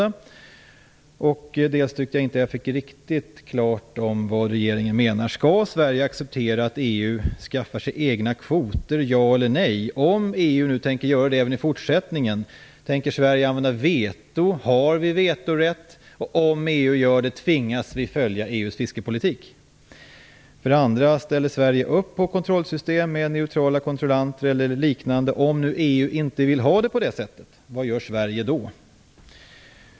Jag tyckte inte heller att det var riktigt klart var regeringen menar. Skall Sverige acceptera att EU skaffar sig egna kvoter - ja eller nej? Tänker Sverige använda veto om EU gör det även i fortsättningen? Har vi vetorätt? EU inte vill ha det på det sättet?